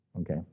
okay